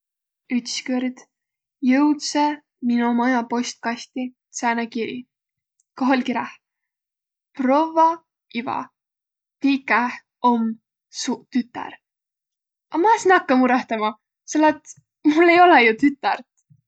Ütskõrd jõudsõ mino maja postkasti sääne kiri, koh oll' kiräh: Provva Iva! Miiq käeh om suq tütär. A ma es nakkaq murõhtama, selle et mul ei olõq ju tütärt.